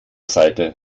seite